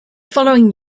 following